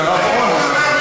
אתה רב-און.